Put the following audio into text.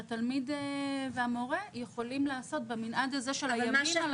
שהתלמיד והמורה יכולים לעשות במנעד הזה של הימים הללו.